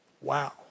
Wow